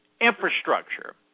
infrastructure